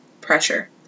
pressure